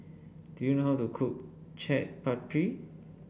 do you know how to cook Chaat Papri